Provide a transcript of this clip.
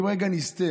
אם רגע נסטה,